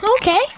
okay